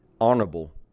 honorable